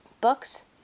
books